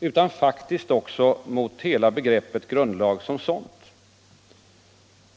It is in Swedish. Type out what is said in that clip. utan faktiskt också mot hela begreppet grundlag som sådant.